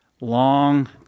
Long